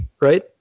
Right